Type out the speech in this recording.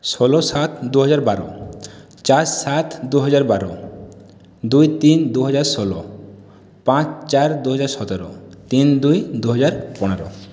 ষোলো সাত দুহাজার বারো চার সাত দুহাজার বারো দুই তিন দুহাজার ষোলো পাঁচ চার দুহাজার সতেরো তিন দুই দুহাজার পনেরো